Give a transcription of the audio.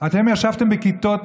אתם ישבתם בכיתות